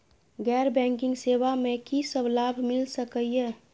गैर बैंकिंग सेवा मैं कि सब लाभ मिल सकै ये?